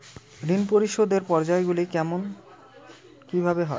ঋণ পরিশোধের পর্যায়গুলি কেমন কিভাবে হয়?